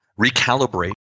recalibrate